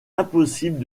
impossible